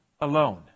alone